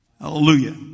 Hallelujah